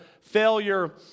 failure